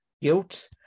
guilt